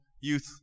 Youth